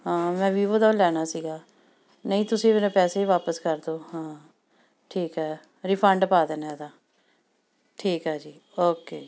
ਹਾਂ ਮੈਂ ਵੀਵੋ ਦਾ ਉਹ ਲੈਣਾ ਸੀਗਾ ਨਹੀਂ ਤੁਸੀਂ ਮੇਰੇ ਪੈਸੇ ਹੀ ਵਾਪਸ ਕਰ ਦਿਉ ਹਾਂ ਠੀਕ ਹੈ ਰਿਫੰਡ ਪਾ ਦੇਣਾ ਇਹਦਾ ਠੀਕ ਆ ਜੀ ਓਕੇ